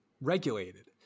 regulated